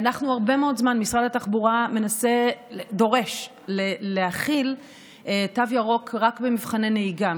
משרד התחבורה דורש הרבה מאוד זמן להחיל תו ירוק רק במבחני נהיגה,